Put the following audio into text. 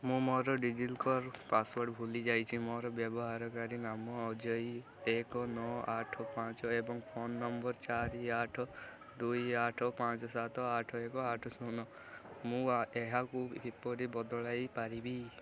ମୁଁ ମୋର ଡିଜିଲକର୍ ପାସ୍ୱାର୍ଡ଼୍ ଭୁଲି ଯାଇଛି ମୋର ବ୍ୟବହାରକାରୀ ନାମ ଅଜୟୀ ଏକେ ନଅ ଆଠ ପାଞ୍ଚ ଏବଂ ଫୋନ୍ ନମ୍ବର୍ ଚାରି ଆଠ ଦୁଇ ଆଠ ପାଞ୍ଚ ସାତ ଆଠ ଏକେ ଆଠ ଶୂନ ମୁଁ ଏହାକୁ କିପରି ବଦଳାଇ ପାରିବି